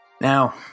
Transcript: Now